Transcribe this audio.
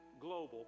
global